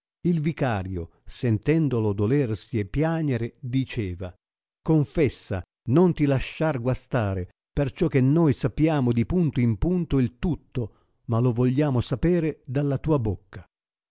il vicario sentendolo dolersi e piagnere diceva confessa non ti lasciar guastare perciò che noi sappiamo di punto in punto il tutto ma lo vogliamo sapere dalla tua bocca